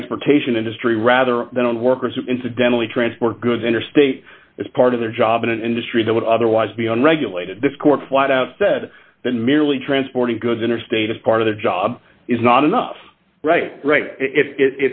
transportation industry rather than on workers who incidentally transport goods interstate as part of their job in an industry that would otherwise be unregulated this court flat out said than merely transporting goods interstate is part of the job is not enough right